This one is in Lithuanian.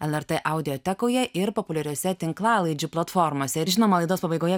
lrt audiotekoje ir populiariose tinklalaidžių platformose ir žinoma laidos pabaigoje